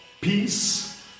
peace